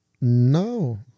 No